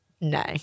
No